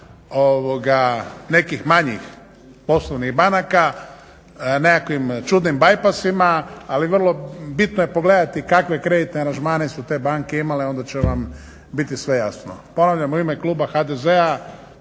nekih manjih poslovnih banaka, nekakvim čudnim bajpasima ali vrlo bitno je pogledati kakve kreditne aranžmane su te banke imale onda će vam biti sve jasno. Ponavljam u ime kluba HDZ-a